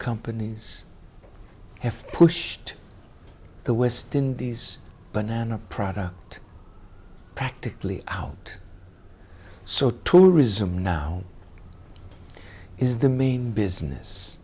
companies have pushed the west indies banana product practically out so tourism now is the main business